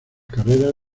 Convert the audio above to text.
carreras